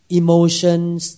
emotions